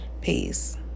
Peace